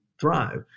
thrive